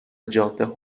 جاده